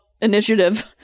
initiative